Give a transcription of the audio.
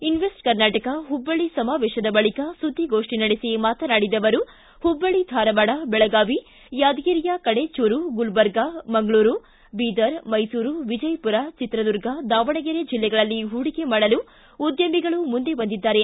invest Karnataka Hubballi ಸಮಾವೇಶದ ಬಳಿಕ ಸುದ್ದಿಗೋಷ್ಠಿ ನಡೆಸಿ ಮಾತನಾಡಿದ ಅವರು ಹುಬ್ಬಳ್ಳಿ ಧಾರವಾಡ ಬೆಳಗಾವಿ ಯಾದಗಿರಿಯ ಕಡೆಚೂರು ಗುಲ್ಬರ್ಗ ಮಂಗಳೂರು ಬೀದರ್ ಮೈಸೂರು ವಿಜಯಪುರ ಚಿತ್ರದುರ್ಗ ದಾವಣಗೆರೆ ಜೆಲ್ಲೆಗಳಲ್ಲಿ ಹೂಡಿಕೆ ಮಾಡಲು ಉದ್ಯಮಿಗಳು ಮುಂದೆ ಬಂದಿದ್ದಾರೆ